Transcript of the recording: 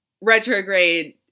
retrograde